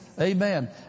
Amen